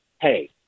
Hey